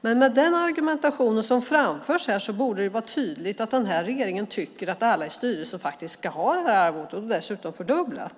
Men med den argumentation som framförs här borde det vara tydligt att denna regering tycker att alla i styrelserna faktiskt ska ha detta arvode och att det dessutom ska fördubblas.